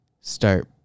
start